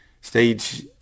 Stage